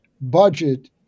budget